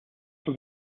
for